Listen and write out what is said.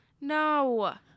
no